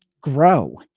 grow